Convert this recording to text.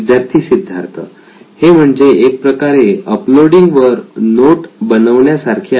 विद्यार्थी सिद्धार्थ हे म्हणजे एक प्रकारे अपलोडींग वर नोट बनवण्या सारखे आहे